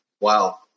Wow